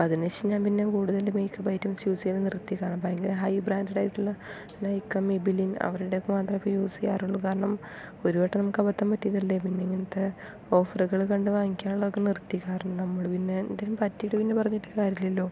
അതിനുശേഷം ഞാൻ പിന്നെ കൂടുതൽ മേക്കപ്പ് ഐറ്റംസ് യൂസ് ചെയ്യണത് നിർത്തി കാരണം ഭയങ്കര ഹൈ ബ്രാൻഡഡ് ആയിട്ടുള്ള നൈക്ക മേബിലിൻ അവരുടെയൊക്കെ മാത്രമേ ഇപ്പോൾ യൂസ് ചെയ്യാറുള്ളൂ കാരണം ഒരു വട്ടം നമുക്ക് അബദ്ധം പറ്റിയതല്ലേ പിന്നെ ഇങ്ങനത്തെ ഓഫറുകൾ കണ്ട് വാങ്ങിക്കാറുള്ളതൊക്കെ നിർത്തി കാരണം നമ്മൾ പിന്നെ എന്തെങ്കിലും പറ്റീട്ട് പിന്നെ പറഞ്ഞിട്ട് കാര്യമില്ലല്ലോ